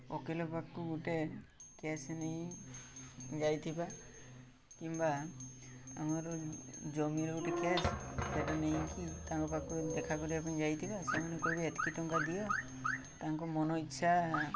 ଓକିଲ ପାଖକୁ ଗୋଟେ କେସ୍ ନେଇ ଯାଇଥିବା କିମ୍ବା ଆମର ଜମିର ଗୋଟେ କେସ୍ ସେଇଟା ନେଇକି ତାଙ୍କ ପାଖକୁ ଦେଖାକରିବା ପାଇଁ ଯାଇଥିବା ସେମାନେ କହିବେ ଏତିକି ଟଙ୍କା ଦିଅ ତାଙ୍କ ମନ ଇଚ୍ଛା